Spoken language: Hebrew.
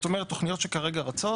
זאת אומרת, התוכנית שכרגע רצות